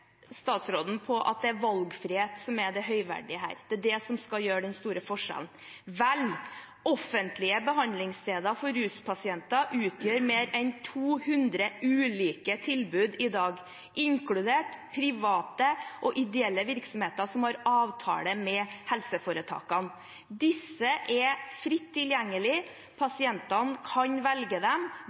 statsråden på at det er valgfrihet som er det høyverdige her, det er det som skal gjøre den store forskjellen. Vel, offentlige behandlingssteder for ruspasienter utgjør mer enn 200 ulike tilbud i dag, inkludert private og ideelle virksomheter som har avtale med helseforetakene. Disse er fritt tilgjengelige. Pasientene kan velge dem,